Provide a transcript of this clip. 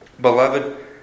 Beloved